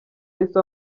yahise